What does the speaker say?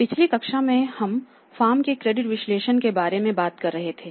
पिछली कक्षा में हम फर्मों के क्रेडिट विश्लेषण के बारे में बात कर रहे थे